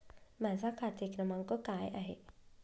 माझा खाते क्रमांक काय आहे?